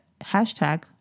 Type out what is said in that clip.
hashtag